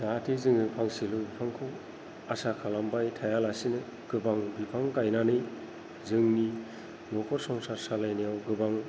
जाहाथे जोङो फांसेल' बिफांखौ आसा खालामबाय थाया लासेनो गोबां बिफां गायनानै जोंनि न'खर संसार सालायनायाव गोबां